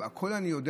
הכול אני יודע?